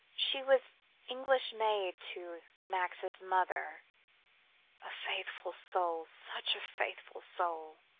she was english maid to max's mother a faithful soul, such a faithful soul.